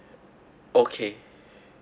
okay